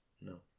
No